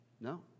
No